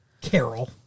Carol